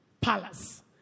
palace